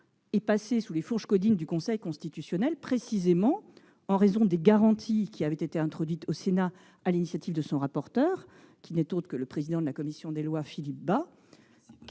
est passé sous les fourches caudines du Conseil constitutionnel précisément en raison des garanties qui avaient été introduites par le Sénat sur l'initiative de son rapporteur, qui n'est autre que le président de la commission des lois, Philippe Bas.